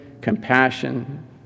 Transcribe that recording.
compassion